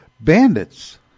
bandits